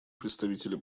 представителя